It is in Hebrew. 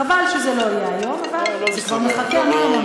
חבל שזה לא יהיה היום, זה כבר מחכה המון המון זמן.